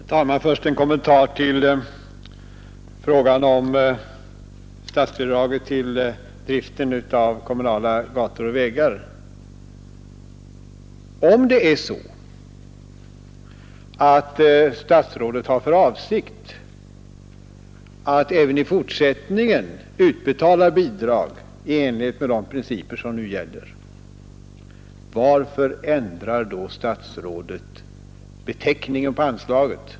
Herr talman! Först en kommentar beträffande statsbidraget till driften av kommunala gator och vägar. Om statsrådet har för avsikt att även i fortsättningen utbetala bidrag i enlighet med de principer som nu gäller, varför ändrar då statsrådet beteckningen på anslaget?